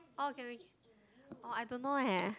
orh can be orh I don't know eh